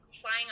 flying